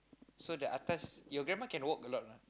so the atas your grandma can walk a lot or not